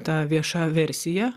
ta vieša versija